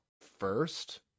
first